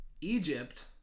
Egypt